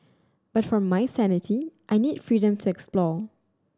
but for my sanity I need freedom to explore